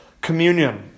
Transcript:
communion